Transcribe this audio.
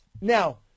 Now